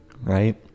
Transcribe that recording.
right